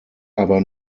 aber